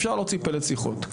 אפשר להוציא פלט שיחות.